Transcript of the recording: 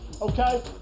okay